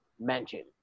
mention